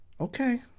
Okay